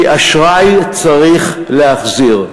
כי אשראי צריך להחזיר,